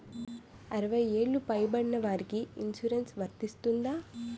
అరవై ఏళ్లు పై పడిన వారికి ఇన్సురెన్స్ వర్తిస్తుందా?